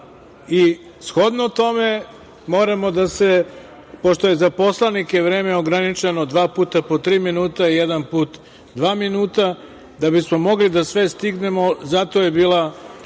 i shodno tome moramo da se pošto je za poslanike vreme ograničeno dva puta po tri minuta, jedan put dva minuta da bismo mogli da sve stignemo, zato je bila